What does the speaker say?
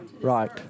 Right